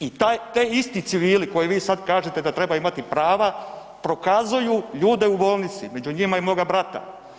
I taj, ti isti civili koji vi sad kažete da trebaju imati prava, prokazuju ljude u bolnici, među njima i moga brata.